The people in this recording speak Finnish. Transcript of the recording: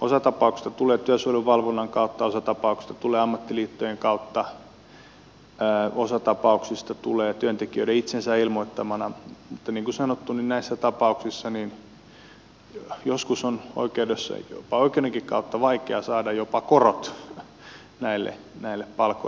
osa tapauksista tulee työsuojeluvalvonnan kautta osa tapauksista tulee ammattiliittojen kautta osa tapauksista tulee työntekijöiden itsensä ilmoittamana mutta niin kun sanottu näissä tapauksissa joskus on oikeudenkin kautta vaikea saada jopa korot näille palkoille